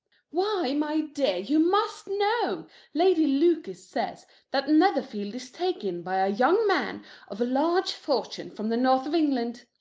why, my dear, you must know lady lucas says that netherfield is taken by a young man of large fortune from the north of england.